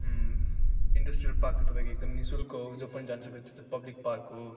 industrial park चाहिँ तपाईँको एकदम निःशुल्क हो जो पनि जानुसक्छ त्यो चाहिँ पब्लिक पार्क हो